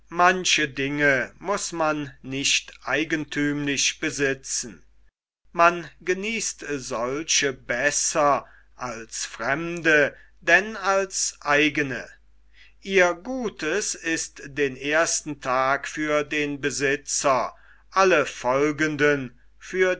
glückseligkeit genießen man genießt solche besser als fremde denn als eigene ihr gutes ist den ersten tag für den besitzer alle folgenden für